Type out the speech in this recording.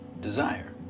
desire